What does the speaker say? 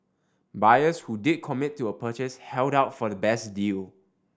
buyers who did commit to a purchase held out for the best deal